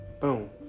Boom